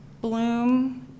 bloom